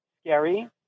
scary